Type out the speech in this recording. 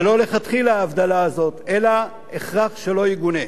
זה לא לכתחילה ההבדלה הזאת, אלא הכרח שלא יגונה.